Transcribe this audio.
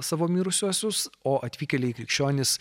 savo mirusiuosius o atvykėliai krikščionys